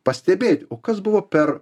pastebėti o kas buvo per